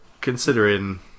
considering